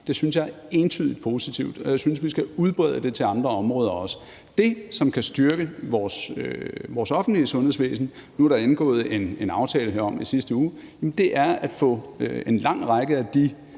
det synes jeg er entydigt positivt, og jeg synes, vi skal udbrede det til andre områder også. Det, som kan styrke vores offentlige sundhedsvæsen – der er indgået en aftale herom i sidste uge – er at få en lang række af de